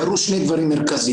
קרו שני דברים מרכזיים,